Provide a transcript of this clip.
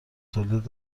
تولید